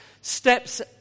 steps